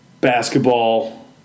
basketball